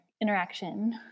interaction